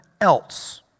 else